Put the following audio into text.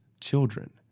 children